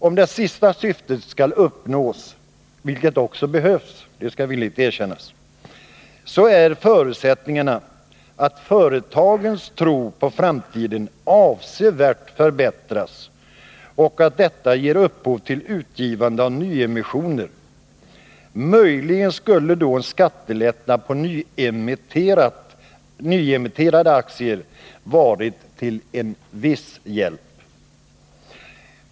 Om det sista syftet skall uppnås — vilket också behövs, det skall villigt erkännas — är förutsättningen att också företagens tro på framtiden avsevärt förbättras och att detta ger upphov till utgivande av nyemissioner. Möjligen skulle då skattelättnad på nyemitterade aktier ha varit till en viss hjälp.